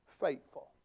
faithful